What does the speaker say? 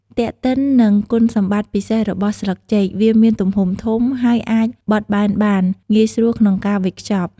ទាក់ទិននឹងគុណសម្បត្តិពិសេសរបស់ស្លឹកចេក វាមានទំហំធំ ហើយអាចបត់បែនបាន ងាយស្រួលក្នុងការវេចខ្ចប់។